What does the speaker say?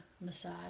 massage